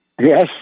Yes